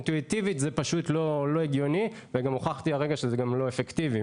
אינטואיטיבית זה פשוט לא הגיוני וגם הוכחתי הרגע שזה גם לא אפקטיבי.